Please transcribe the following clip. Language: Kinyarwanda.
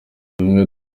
bimwe